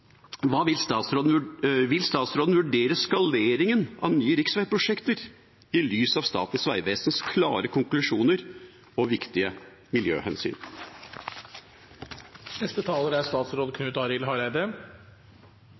Vil statsråden vurdere skaleringen av nye riksveiprosjekter i lys av Statens vegvesens klare konklusjoner og viktige